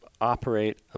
operate